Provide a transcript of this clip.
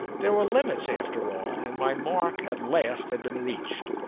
there were limits after all, and my mark at last had been reached.